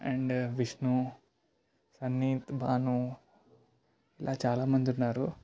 and Vishnu Sanneeth Bhanu ఇలా చాలామంది ఉన్నారు